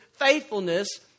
faithfulness